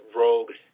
rogue